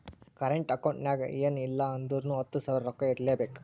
current account ನಾಗ್ ಎನ್ ಇಲ್ಲ ಅಂದುರ್ನು ಹತ್ತು ಸಾವಿರ ರೊಕ್ಕಾರೆ ಇರ್ಲೆಬೇಕು